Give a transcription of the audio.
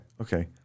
Okay